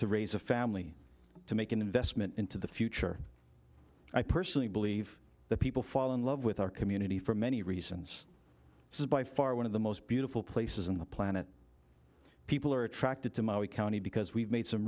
to raise a family to make an investment into the future i personally believe that people fall in love with our community for many reasons this is by far one of the most beautiful places on the planet people are attracted to maui county because we've made some